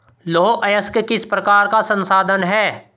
लौह अयस्क किस प्रकार का संसाधन है?